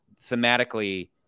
thematically